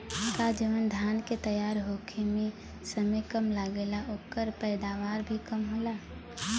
का जवन धान के तैयार होखे में समय कम लागेला ओकर पैदवार भी कम होला?